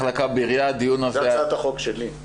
זו הצעת החוק שלי.